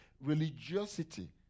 Religiosity